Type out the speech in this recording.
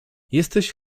jesteś